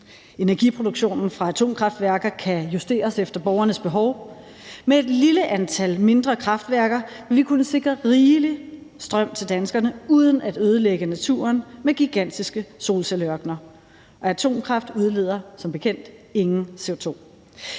Energiproduktionen fra atomkraftværker kan justeres efter borgernes behov. Med et lille antal mindre kraftværker vil vi kunne sikre rigelig strøm til danskerne uden at ødelægge naturen med gigantiske solcelleørkener. Og atomkraft udleder som bekendt ingen CO2.